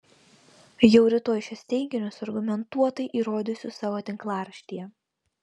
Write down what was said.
jau rytoj šiuos teiginius argumentuotai įrodysiu savo tinklaraštyje